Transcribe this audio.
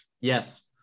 Yes